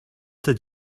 did